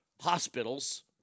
hospitals